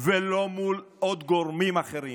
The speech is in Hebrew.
ולא מול עוד גורמים אחרים,